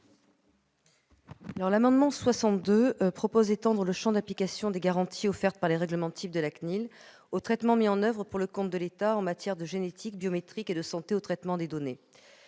L'amendement n° 62 vise à étendre le champ d'application des garanties offertes par les règlements types de la CNIL aux traitements mis en oeuvre pour le compte de l'État en matière de génétique, de biométrique et de santé aux traitements de données.